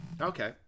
Okay